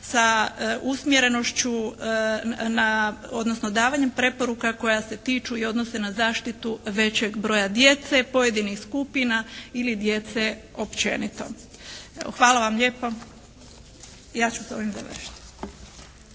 sa usmjerenošću na odnosno davanjem preporuka koja se tiču i odnose na zaštitu većeg broja djece, pojedinih skupina ili djece općenito. Evo, hvala vam lijepo. Ja ću sa ovim završiti.